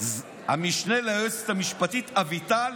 המשנה ליועצת המשפטית אביטל